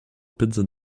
pizza